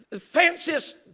fanciest